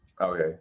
Okay